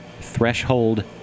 threshold